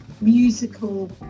musical